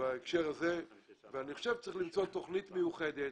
בהקשר הזה ואני חושב שצריך למצוא תכנית מיוחדת